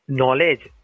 knowledge